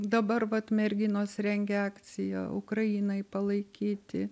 dabar vat merginos rengia akciją ukrainai palaikyti